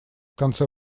конце